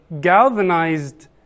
galvanized